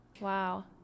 Wow